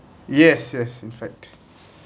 yes yes in fact